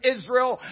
Israel